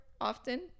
often